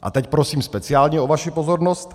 A teď prosím speciálně o vaši pozornost.